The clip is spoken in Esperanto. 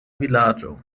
vilaĝo